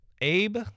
Abe